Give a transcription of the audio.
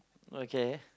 okay